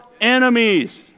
enemies